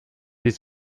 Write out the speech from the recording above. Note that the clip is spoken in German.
ist